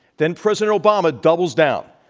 then president obama doubles down,